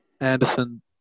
Anderson